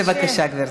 בבקשה, גברתי.